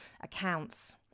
accounts